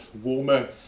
warmer